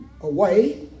Away